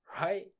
right